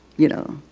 you know.